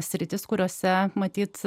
sritys kuriose matyt